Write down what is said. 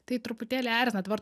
tai truputėlį erzina dabar